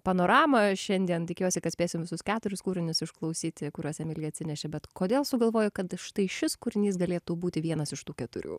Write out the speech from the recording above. panoramą šiandien tikiuosi kad spėsim visus keturis kūrinius išklausyti kuriuos emilija atsinešė bet kodėl sugalvojai kad štai šis kūrinys galėtų būti vienas iš tų keturių